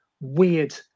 weird